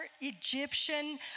Egyptian